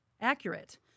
accurate